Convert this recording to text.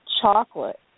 chocolate